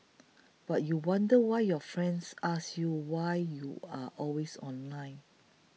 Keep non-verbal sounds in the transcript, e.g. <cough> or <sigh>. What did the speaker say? <noise> but you wonder why your friends ask you why you are always online